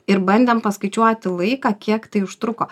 ir bandėm paskaičiuoti laiką kiek tai užtruko